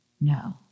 No